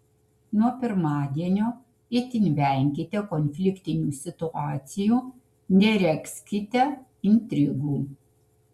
nuo pirmadienio itin venkite konfliktinių situacijų neregzkite intrigų